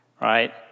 right